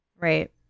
Right